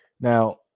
Now